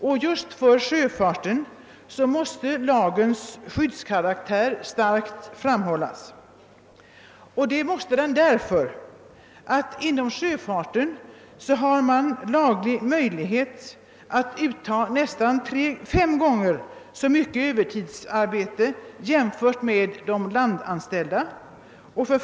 Just beträffande sjöfarten måste lagens skyddskaraktär starkt framhållas och detta därför att man inom sjöfarten har laglig möjlighet att ta ut nästan fem gånger så mycket övertidsarbete jämfört med vad som är fallet för anställda på land.